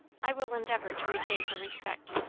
i will endeavour to retain her respect,